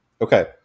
Okay